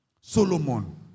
Solomon